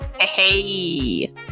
Hey